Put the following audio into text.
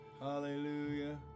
Hallelujah